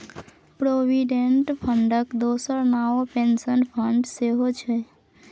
provident फंडक दोसर नाओ पेंशन फंड सेहौ छै